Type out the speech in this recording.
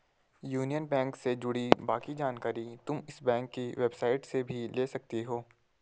union Bank से जुड़ी बाकी जानकारी तुम इस बैंक की वेबसाईट से भी ले सकती हो